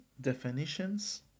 definitions